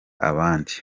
abandi